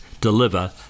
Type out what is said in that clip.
deliver